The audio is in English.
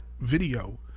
video